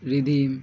হৃদিম